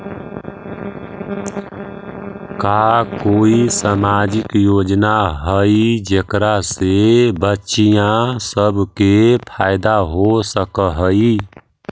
का कोई सामाजिक योजना हई जेकरा से बच्चियाँ सब के फायदा हो सक हई?